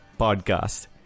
podcast